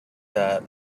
that